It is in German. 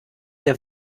der